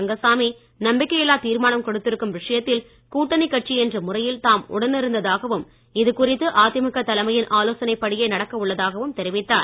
ரங்கசாமி நம்பிக்கையில்லா தீர்மானம் கொடுத்திருக்கும் விஷயத்தில் கூட்டணி கட்சி என்ற முறையில் தாம் உடனிருந்ததாகவும் இது குறித்து அதிமுக தலைமையின் ஆலோசனைப்படியே நடக்க உள்ளதாகவும் தெரிவித்தார்